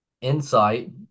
insight